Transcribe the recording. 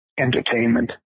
entertainment